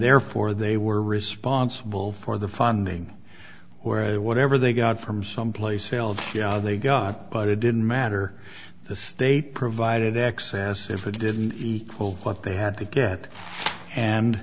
therefore they were responsible for the funding where whatever they got from some place failed they got but it didn't matter the state provided access if it didn't equal what they had to get and